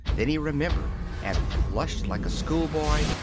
then he remembered, and flushed like a schoolboy,